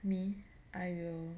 me I will